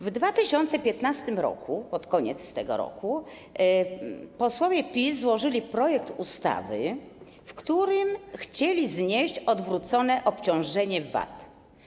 W 2015 r., pod koniec tego roku, posłowie PiS złożyli projekt ustawy, w którym chcieli znieść odwrócone obciążenie VAT.